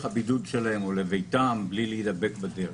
הבידוד שלהם או לביתם בלי להידבק בדרך.